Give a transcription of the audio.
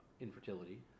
infertility